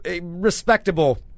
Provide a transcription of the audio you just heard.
Respectable